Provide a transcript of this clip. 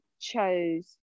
chose